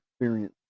experience